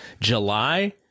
July